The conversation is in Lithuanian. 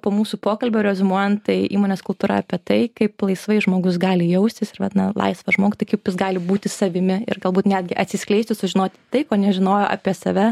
po mūsų pokalbio reziumuojant tai įmonės kultūra apie tai kaip laisvai žmogus gali jaustis ir vat na laisvą žmogų tai kaip jis gali būti savimi ir galbūt netgi atsiskleisti sužinoti tai ko nežinojo apie save